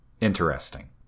interesting